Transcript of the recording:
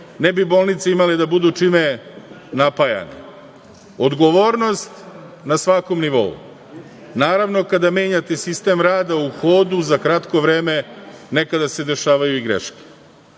ne bi bolnice imale da budu čime napajane. Odgovornost na svakom nivou. Naravno, kada menjate sistem rada u hodu za kratko vreme nekada se dešavaju i greške.